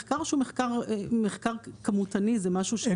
מחקר שהוא מחקר כמותני זה משהו --- אין